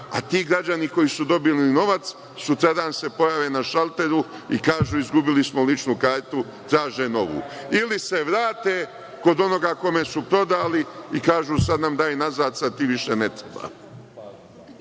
a ti građani koji su dobili novac sutradan se pojave na šalteru i kažu izgubili smo ličnu kartu, traže novu, ili se vrate kod onoga kome su prodali i kažu sad nam daj nazad, sada ti više ne treba. Izbori